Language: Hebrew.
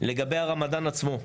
לגבי הרמדאן עצמו,